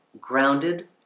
grounded